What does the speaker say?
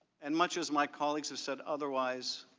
and much is my colleagues have said otherwise,